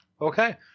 Okay